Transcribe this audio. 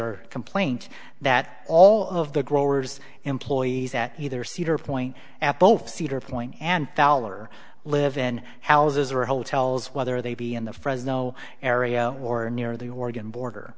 or complaint that all of the growers employees at either cedar point at both cedar point and are live in houses or hotels whether they be in the fresno area or near the oregon border